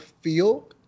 feel